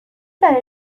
دانید